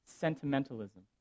sentimentalism